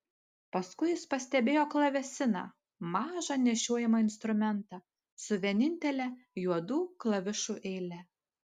paskui jis pastebėjo klavesiną mažą nešiojamą instrumentą su vienintele juodų klavišų eile